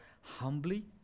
humbly